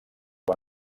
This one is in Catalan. van